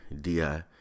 D-I